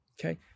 Okay